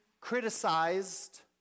criticized